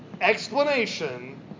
Explanation